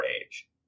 age